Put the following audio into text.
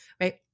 right